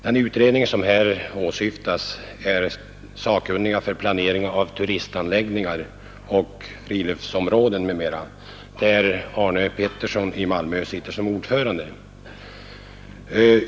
Den utredning som här åsyftas är sakkunniga för planering av turistanläggningar och friluftsområden m.m., där herr Arne Pettersson i Malmö sitter som ord förande.